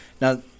Now